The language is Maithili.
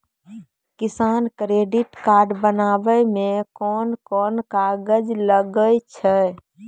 किसान क्रेडिट कार्ड बनाबै मे कोन कोन कागज लागै छै?